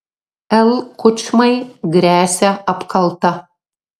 l kučmai gresia apkalta